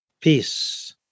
peace